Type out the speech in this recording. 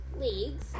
leagues